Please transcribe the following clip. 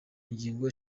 ngingo